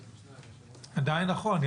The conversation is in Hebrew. עדיין, נכון.